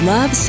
Love